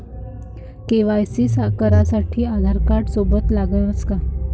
KYC करासाठी आधारकार्ड सोबत लागनच का?